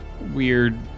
weird